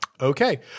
Okay